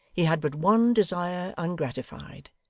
he had but one desire ungratified.